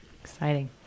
Exciting